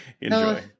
enjoy